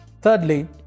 Thirdly